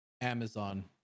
Amazon